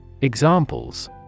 Examples